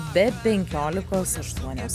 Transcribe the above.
be penkiolikos aštuonios